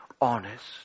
honest